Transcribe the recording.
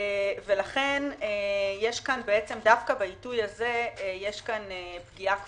לכן יש פה דווקא בעיתוי הזה פגיעה כפולה.